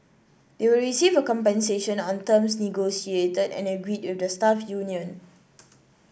they will receive compensation on terms negotiated and agreed with the staff union